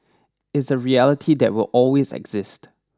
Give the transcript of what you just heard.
it's a reality that will always exist